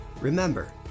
Remember